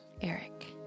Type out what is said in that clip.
eric